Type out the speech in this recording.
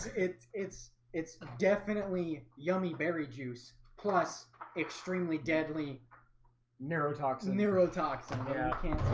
it's it's it's definitely yummy berry juice plus extremely deadly neurotoxin neurotoxin yeah